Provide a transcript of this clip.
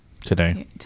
Today